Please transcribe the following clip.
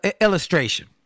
illustration